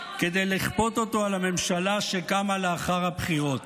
כדי לכפות אותו על הממשלה שקמה לאחר הבחירות.